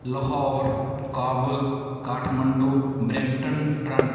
Lahore Kabul Kathmandu Brampton Toronto